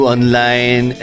Online